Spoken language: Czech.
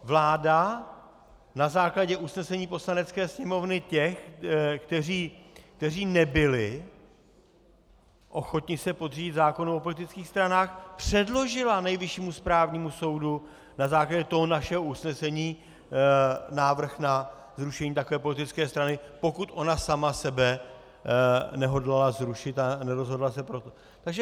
Vláda na základě usnesení Poslanecké sněmovny, těch, kteří nebyli ochotni se podřídit zákonu o politických stranách, předložila Nejvyššímu správnímu soudu na základě toho našeho usnesení návrh na zrušení takové politické strany, pokud ona sama sebe nehodlala zrušit a nerozhodla se pro to.